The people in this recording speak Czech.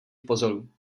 pozoru